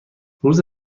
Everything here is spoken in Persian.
روز